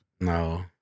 No